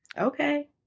Okay